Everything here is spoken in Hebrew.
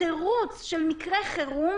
התירוץ של מקרה חירום,